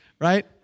Right